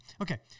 Okay